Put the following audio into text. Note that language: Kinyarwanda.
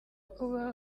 kuba